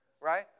right